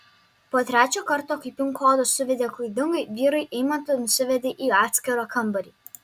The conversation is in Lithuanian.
po trečio karto kai pin kodą suvedė klaidingai vyrai eimantą nusivedė į atskirą kambarį